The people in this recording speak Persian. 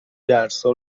درسا